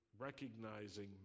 recognizing